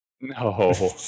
No